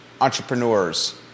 entrepreneurs